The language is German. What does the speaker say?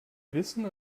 wissen